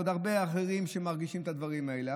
ועוד הרבה אחרים מרגישים את הדברים האלה.